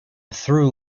through